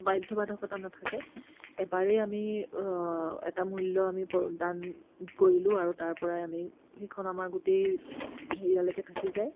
বাধ্যবাধকতা নাথাকে এবাৰেই আমি এটা মূল্য আমি প্ৰদান কৰিলোঁ আৰু তাৰপৰাই আমি সেইখন আমাৰ গোটেই সেইয়ালৈকে থাকি যায়